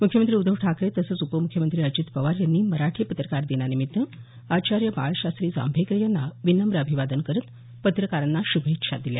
मुख्यमंत्री उद्धव ठाकरे तसंच उपम्ख्यमंत्री अजित पवार यांनी मराठी पत्रकार दिनानिमित्त आचार्य बाळशास्त्री जांभेकर यांना विनम्र अभिवादन करत पत्रकारांना श्रभेच्छा दिल्या